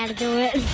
um do it.